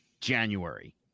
January